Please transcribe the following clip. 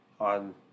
on